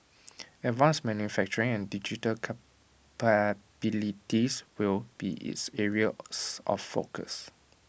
advanced manufacturing and digital capabilities will be its areas of focus